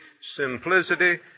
simplicity